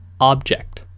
object